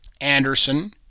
Anderson